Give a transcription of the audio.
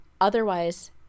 otherwise